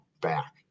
back